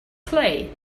clay